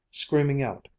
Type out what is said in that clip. screaming out,